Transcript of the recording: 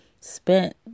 spent